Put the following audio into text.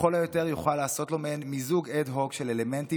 לכל היותר יוכל לעשות לו מעין מיזוג אד-הוק של אלמנטים